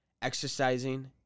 exercising